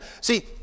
See